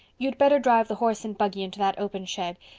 you'd better drive the horse and buggy into that open shed.